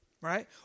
right